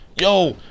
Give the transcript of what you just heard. Yo